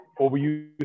Overuse